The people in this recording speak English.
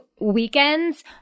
weekends